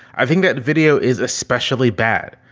i think that video is especially bad.